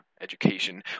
education